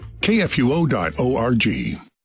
KFUO.org